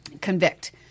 convict